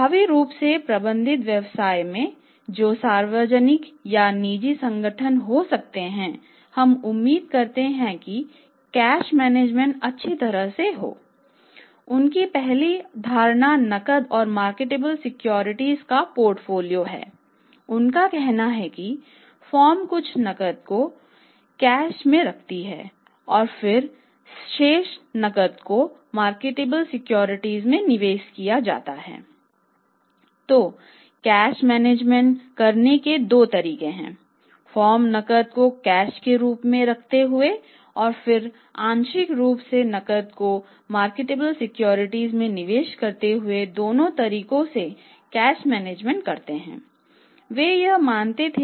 प्रभावी रूप से प्रबंधित व्यवसाय में जो सार्वजनिक या निजी संगठन हो सकते हैं हम उम्मीद करते हैं कि कैश मैनेजमेंटमें निवेश किया जाता है